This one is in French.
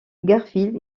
garfield